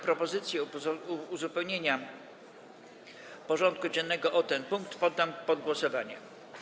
Propozycję uzupełnienia porządku dziennego o ten punkt poddam pod głosowanie.